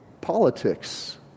politics